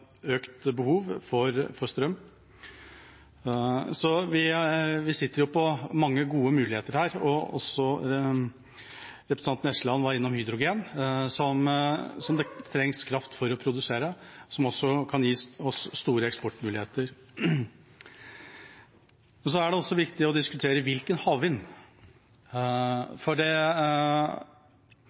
økt behov for strøm. Så vi sitter på mange gode muligheter. Representanten Eskeland var innom hydrogen, som det trengs kraft for å produsere, men som også kan gi oss store eksportmuligheter. Det er også viktig å diskutere hvilken type havvind. Der har vi ikke startet mye foreløpig. Equinor har prosjekter i Skottland, og det